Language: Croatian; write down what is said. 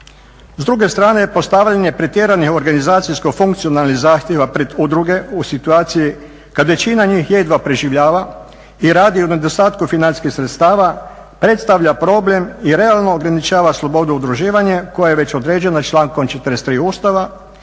S druge strane postavljanje pretjeranih organizacijsko-funkcionalnih zahtjeva pred udruge u situaciji kad većina njih jedva preživljava i radi u nedostatku financijskih sredstava predstavlja problem i realno ograničava slobodu i udruživanje koje je već određeno člankom 43. Ustava